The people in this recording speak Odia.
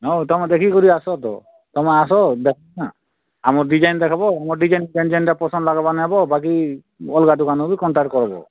ନ ହଉ ତମେ ଦେଖିକରି ଆସତ ତମେ ଆସ ଦେଖମା ଆମର ଡିଜାଇନ୍ ଦେଖବ ଆମର ଡିଜାଇନ୍ ଯେନ୍ଟା ଯେନ୍ଟା ପସନ୍ଦ ଲାଗବା ନାଇଁ ହବ ବାକି ଅଲଗା ଦୁକାନରୁ ବି କଣ୍ଟାକ୍ଟ କରବ